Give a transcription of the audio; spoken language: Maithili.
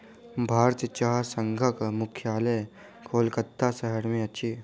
भारतीय चाह संघक मुख्यालय कोलकाता शहर में अछि